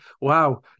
Wow